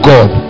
God